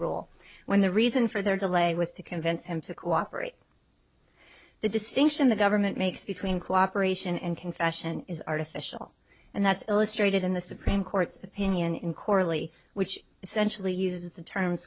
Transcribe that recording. role when the reason for their delay was to convince him to cooperate the distinction the government makes between cooperation and confession is artificial and that's illustrated in the supreme court's opinion in chorley which essentially uses the t